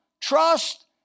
trust